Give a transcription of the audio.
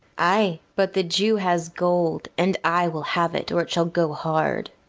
ay, but the jew has gold, and i will have it, or it shall go hard.